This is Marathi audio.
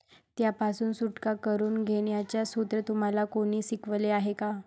त्यापासून सुटका करून घेण्याचे सूत्र तुम्हाला कोणी शिकवले आहे का?